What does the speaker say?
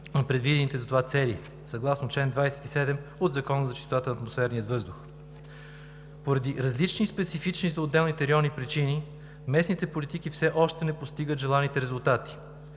предвидените за това цели, съгласно чл. 27 от Закона за чистотата на атмосферния въздух. Поради различни специфични за отделните райони причини, местните политики все още не постигат желаните резултати.